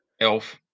elf